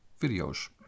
videos